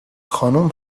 خانوم